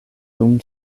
dum